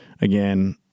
again